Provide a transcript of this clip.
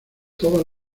toda